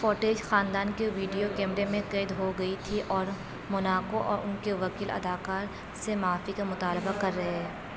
footage خاندان کے video کیمرے میں قید ہو گئی تھی اور موناکو کے وکیل اداکار سے معافی کا مطالبہ کر رہے ہیں